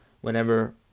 whenever